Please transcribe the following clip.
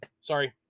Sorry